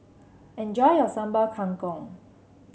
enjoy your Sambal Kangkong